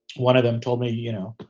one of them told me, you know,